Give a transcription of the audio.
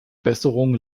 besserung